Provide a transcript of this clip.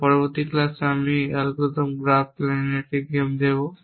তবে পরবর্তী ক্লাসে আমি এই অ্যালগরিদম গ্রাফ প্ল্যানের একটি গেম দেব